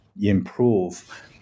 improve